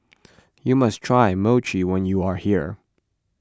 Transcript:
you must try Mochi when you are here